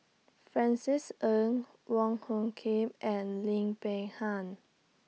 Francis Ng Wong Hung Khim and Lim Peng Han